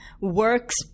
works